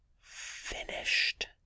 finished